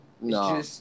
No